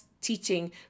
teaching